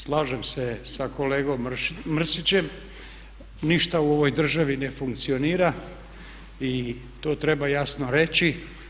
Slažem se sa kolegom Mrsićem, ništa u ovoj državi ne funkcionira i to treba jasno reći.